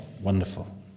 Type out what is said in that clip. Wonderful